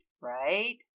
right